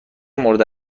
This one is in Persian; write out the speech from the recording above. مورد